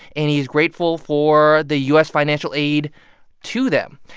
and he's grateful for the u s. financial aid to them.